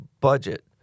budget